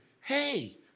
hey